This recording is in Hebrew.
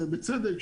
ובצדק,